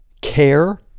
care